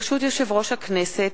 ברשות יושב-ראש הכנסת,